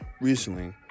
recently